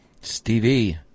Stevie